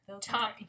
top